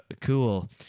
cool